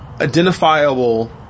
identifiable